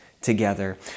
together